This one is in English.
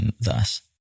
thus